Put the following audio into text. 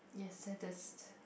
yes saddest